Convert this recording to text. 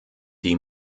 die